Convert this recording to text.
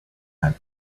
had